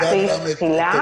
את יודעת גם את עמדתי,